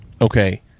Okay